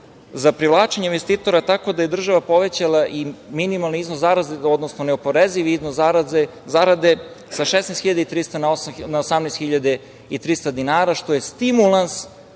za privlačenje investitora, tako da je država povećala minimalni iznos zarade, odnosno neoporezivi iznos zarade sa 16.300 na 18.300 dinara, što je stimulans